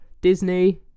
Disney